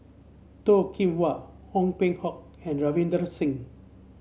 Toh Kim Hwa Ong Peng Hock and Ravinder Singh